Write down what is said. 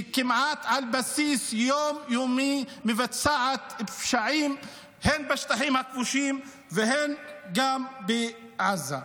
שעל בסיס יום-יומי כמעט מבצעת פשעים הן בשטחים הכבושים והן בעזה.